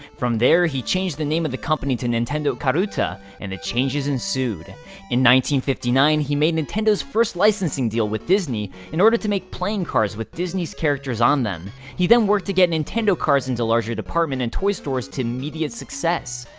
from there, he changed the name of the company to nintendo karuta and the changes ensued fifty nine, he made nintendo's first licensing deal with disney, in order to make playing cards with disney's characters on them. he then worked to get nintendo cards into larger department and toy stores to immediate success.